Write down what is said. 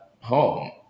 home